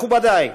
מכובדי,